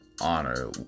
honor